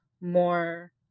more